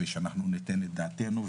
ושאנחנו ניתן את דעתנו,